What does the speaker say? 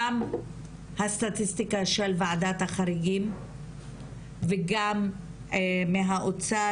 גם הסטטיסטיקה של וועדת החריגים וגם מהאוצר,